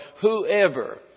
whoever